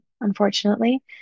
unfortunately